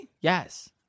Yes